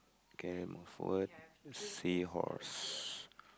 okay forward see horse